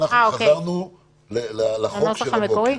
חזרנו לחוק בנוסח המקורי.